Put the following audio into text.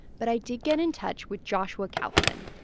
but i did get in touch with joshua kaufman,